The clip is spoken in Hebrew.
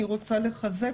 אני רוצה לחזק אותו.